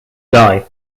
die